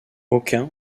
aucun